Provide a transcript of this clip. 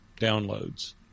downloads